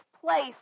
place